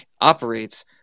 operates